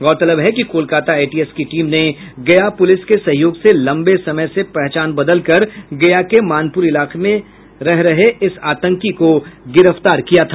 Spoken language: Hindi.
गौरतलब है कि कोलकाता एटीएस की टीम ने गया पुलिस के सहयोग से लम्बे समय से पहचान बदलकर गया के मानपुर इलाके में रह रहे इस आतंकी को गिरफ्तार किया था